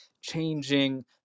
changing